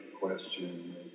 question